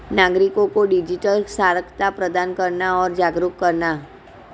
नागरिको को डिजिटल साक्षरता प्रदान करना और जागरूक करना